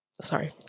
Sorry